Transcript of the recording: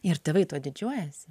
ir tėvai tuo didžiuojasi